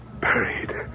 Buried